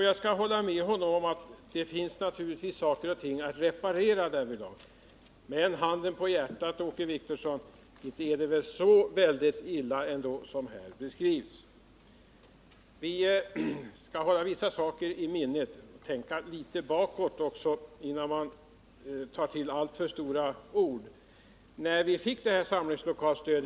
Jag håller med honom om att det naturligtvis finns saker och ting att reparera på detta område. Men, handen på hjärtat Åke Wictorsson, så illa ställt som du beskriver det är det väl ändå inte. Vi skall hålla vissa saker i minnet och även tänka litet bakåt innan vi tar till alltför starka ord. Detta samlingslokalsstöd.